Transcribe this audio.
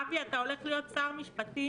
אבי, אתה הולך להיות שר משפטים